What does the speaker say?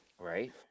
right